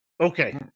Okay